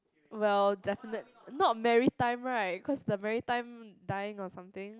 well definite not merry time right cause the merry time dying or something